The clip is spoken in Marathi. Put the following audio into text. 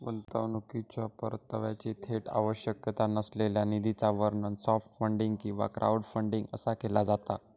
गुंतवणुकीच्यो परताव्याची थेट आवश्यकता नसलेल्या निधीचा वर्णन सॉफ्ट फंडिंग किंवा क्राऊडफंडिंग असा केला जाता